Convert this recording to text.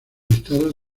listados